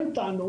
הקרוב,